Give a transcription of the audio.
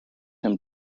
him